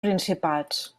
principats